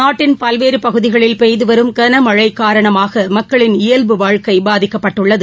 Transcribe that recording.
நாட்டின் பல்வேறு பகுதிகளில் பெய்து வரும் கனமழை காரணமாக மக்களின் இயல்பு வாழ்க்கை பாதிக்கப்பட்டுள்ளது